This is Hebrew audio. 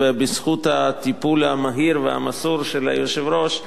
ובזכות הטיפול המהיר והמסור של היושב-ראש היא